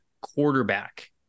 quarterback